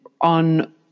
on